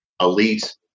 Elite